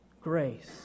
Grace